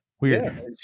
Weird